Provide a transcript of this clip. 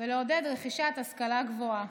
ולעודד רכישת השכלה גבוהה.